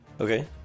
Okay